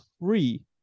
free